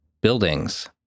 buildings